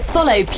Follow